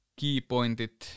keypointit